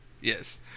Yes